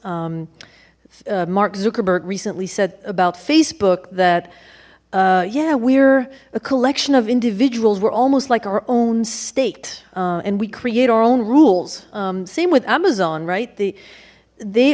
zuckerberg recently said about facebook that yeah we're a collection of individuals we're almost like our own state and we create our own rules same with amazon right they they